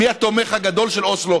מי התומך הגדול של אוסלו,